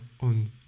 on